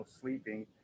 sleeping